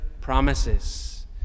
promises